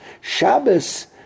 Shabbos